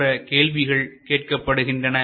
போன்ற கேள்விகள் கேட்கப்படுகின்றன